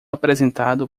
apresentado